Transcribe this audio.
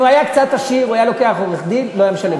אם הוא היה קצת עשיר הוא היה לוקח עורך-דין ולא משלם